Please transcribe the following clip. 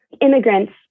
immigrants